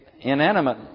inanimate